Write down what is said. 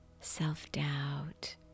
self-doubt